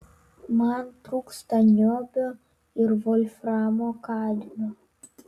man trūksta niobio ir volframo kadmio